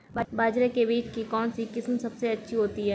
बाजरे के बीज की कौनसी किस्म सबसे अच्छी होती है?